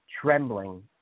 trembling